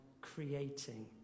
creating